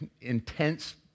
intense